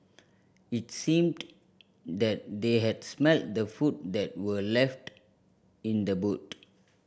it seemed that they had smelt the food that were left in the boot